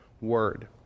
word